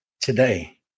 today